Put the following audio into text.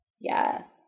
Yes